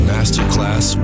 Masterclass